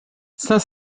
cinq